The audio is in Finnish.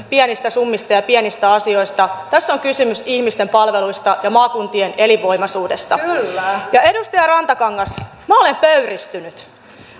pienistä summista ja pienistä asioista niin tässä on kysymys ihmisten palveluista ja maakuntien elinvoimaisuudesta edustaja rantakangas minä olen pöyristynyt